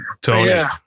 Tony